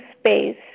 space